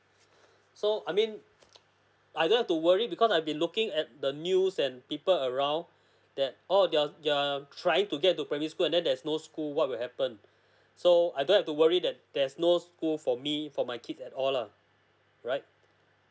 so I mean I don't have too worry because I've be looking at the news and people around that all they're they're trying to get to primary school and then there's no school what will happen so I don't have to worry that there's no school for me for my kids at all lah right